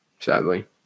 Sadly